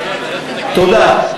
תודה.